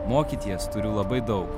mokyties turiu labai daug